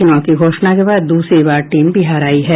चुनाव की घोषण के बाद दूसरी बार टीम बिहार आयी है